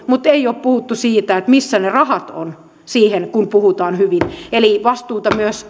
mutta ei ole puhuttu siitä missä ne rahat ovat siihen kun puhutaan hyvin eli vastuuta myös